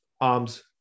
arms